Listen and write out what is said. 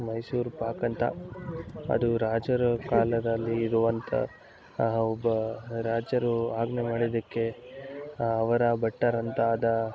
ಮೈಸೂರು ಪಾಕ್ ಅಂತ ಅದು ರಾಜರ ಕಾಲದಲ್ಲಿ ಇರುವಂಥ ಒಬ್ಬ ರಾಜರು ಆಜ್ಞೆ ಮಾಡಿದ್ದಕ್ಕೆ ಅವರ ಭಟ್ಟರಂತಾದ